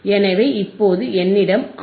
எனவே இப்போது என்னிடம் ஆர்